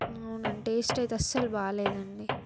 అవునండి టేస్ట్ అయితే అస్సలు బాలేదండి